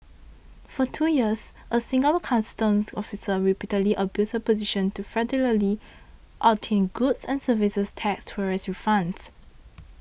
for two years a Singapore Customs officer repeatedly abused her position to fraudulently obtain goods and services tax tourist refunds